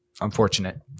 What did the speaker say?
Unfortunate